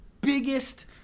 biggest